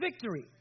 victory